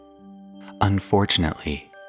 Unfortunately